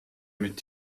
mit